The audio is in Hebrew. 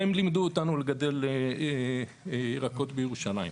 והם לימדו אותנו לגדל ירקות בירושלים.